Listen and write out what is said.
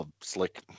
slick